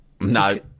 No